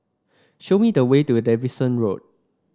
show me the way to Davidson Road